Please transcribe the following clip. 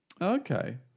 Okay